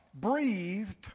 breathed